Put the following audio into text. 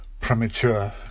premature